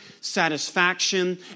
satisfaction